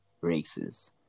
races